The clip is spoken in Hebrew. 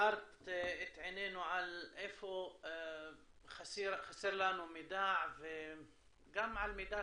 הארת את עינינו על איפה חסר לנו מידע וגם על מידת